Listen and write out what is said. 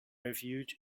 refuge